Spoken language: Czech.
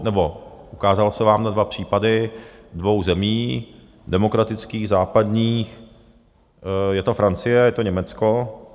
nebo ukázal jsem vám dva případy dvou zemí demokratických, západních, je to Francie a je to Německo.